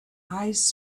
eyes